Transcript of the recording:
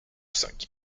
cinq